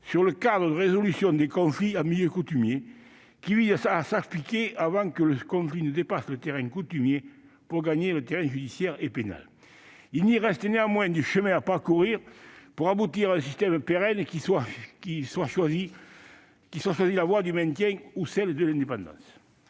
sur un cadre de résolution des conflits en milieu coutumier, qui vise à s'appliquer avant que le conflit ne dépasse le terrain coutumier pour gagner le terrain judiciaire et pénal. Il reste néanmoins du chemin à parcourir pour aboutir à un système pérenne, que soit choisie la voie du maintien ou celle de l'indépendance.